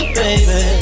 baby